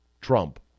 Trump